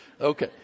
okay